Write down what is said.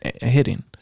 hitting